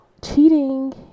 cheating